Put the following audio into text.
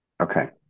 Okay